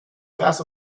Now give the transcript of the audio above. fast